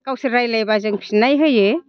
गावसोर रायज्लायबा जों फिननाय होयो